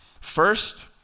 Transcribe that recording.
First